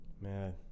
Man